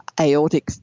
aortic